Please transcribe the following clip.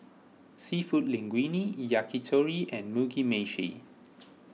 Seafood Linguine Yakitori and Mugi Meshi